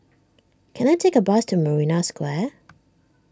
can I take a bus to Marina Square